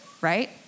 right